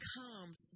comes